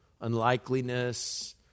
unlikeliness